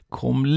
kom